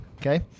okay